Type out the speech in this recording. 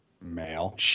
male